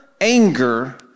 anger